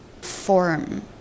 form